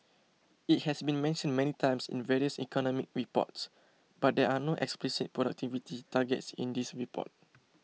it has been mentioned many times in various economic reports but there are no explicit productivity targets in this report